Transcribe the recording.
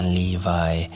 levi